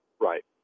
Right